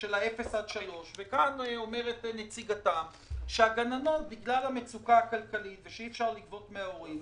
של 0-3 ואומרת נציגתם שבגלל המצוקה הכלכלית וזה שאי אפשר לגבות מההורים,